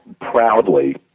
proudly